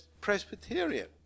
Presbyterian